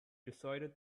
decided